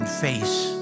face